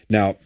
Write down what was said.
Now